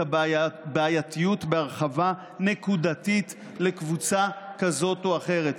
הבעייתיות בהרחבה נקודתית לקבוצה כזאת או אחרת.